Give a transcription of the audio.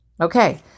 Okay